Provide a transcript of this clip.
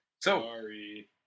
Sorry